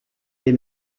des